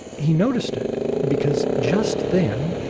he noticed it because, just then,